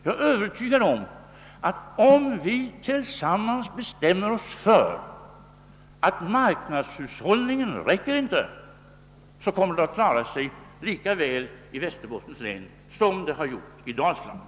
Jag är övertygad om att ifall vi tillsammans bestämmer oss för att marknadshushållningen inte räcker kommer det att klara sig lika väl i Västerbottens län som det har gjort i Dalsland.